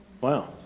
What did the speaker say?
Wow